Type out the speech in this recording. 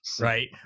right